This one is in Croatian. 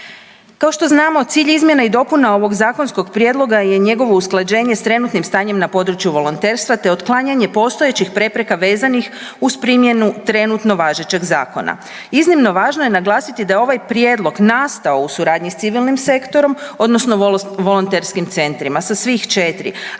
Kao što znamo cilj izmjena i dopuna ovog zakonskog prijedloga je njegovo usklađenje s trenutnim stanjem na području volonterstva, te otklanjanje postojećih prepreka vezanih uz primjenu trenutno važećeg zakona. Iznimno važno je naglasiti da je ovaj prijedlog nastao u suradnji s civilnim sektorom odnosno volonterskim centrima, sa svih 4, ali